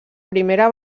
primera